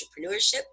entrepreneurship